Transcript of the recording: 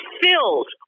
filled